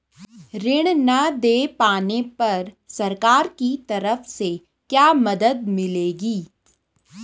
ऋण न दें पाने पर सरकार की तरफ से क्या मदद मिलेगी?